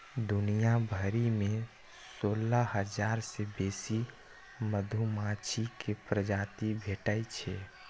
दुनिया भरि मे सोलह हजार सं बेसी मधुमाछी के प्रजाति भेटै छै